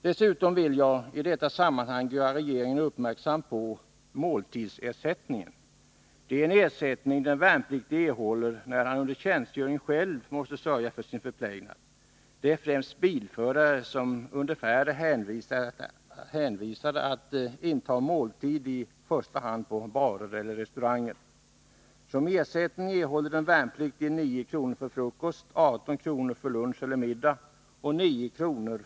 Dessutom vill jag i detta sammanhang göra regeringen uppmärksam på måltidsersättningen. Det är en ersättning som den värnpliktige erhåller när han under tjänstgöring själv måste sörja för sin förplägnad. Det gäller främst bilförare som under färd är hänvisade till att inta måltid i första hand på barer eller restauranger. Som ersättning erhåller den värnpliktige 9 kr. för frukost, 18 kr. för lunch eller middag och 9 kr.